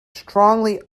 strongly